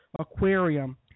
aquarium